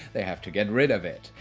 they have to get rid of it.